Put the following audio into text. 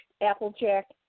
Applejack